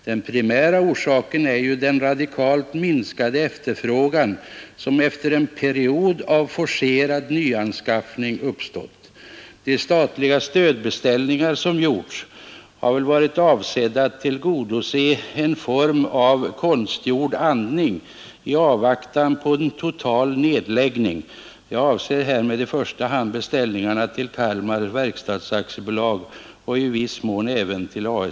Den primära orsaken är ju den radikalt minskade efterfrågan som efter en period av forcerad nyanskaffning uppstått. De statliga stödbeställningar som gjorts har väl varit avsedda att tillgodose en form av ”konstgjord andning” i avvaktan på en total nedläggning — jag avser härmed i första hand beställningarna till Kalmar Verkstads AB och i viss mån även ASJ i Linköping.